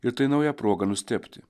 ir tai nauja proga nustebti